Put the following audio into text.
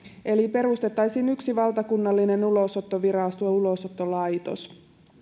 eli perustettaisiin yksi valtakunnallinen ulosottovirasto ulosottolaitos